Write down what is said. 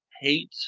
hate